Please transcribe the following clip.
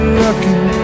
lucky